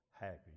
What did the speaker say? happy